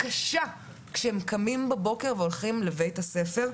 קשה כשהם קמים בבוקר והולכים לבית הספר,